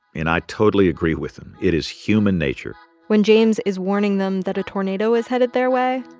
and i totally agree with him. it is human nature when james is warning them that a tornado is headed their way.